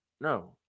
no